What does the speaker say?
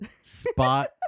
Spot